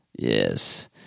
Yes